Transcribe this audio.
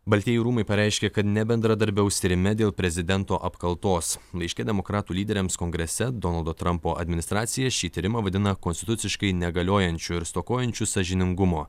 baltieji rūmai pareiškė kad nebendradarbiaus tyrime dėl prezidento apkaltos laiške demokratų lyderiams kongrese donaldo trumpo administracija šį tyrimą vadina konstituciškai negaliojančiu ir stokojančiu sąžiningumo